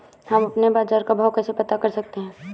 हम अपने बाजार का भाव कैसे पता कर सकते है?